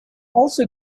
also